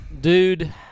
dude